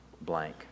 blank